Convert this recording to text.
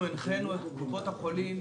הנחינו את קופות החולים